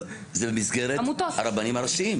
זה במסגרת הרבנים הראשיים.